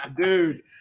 Dude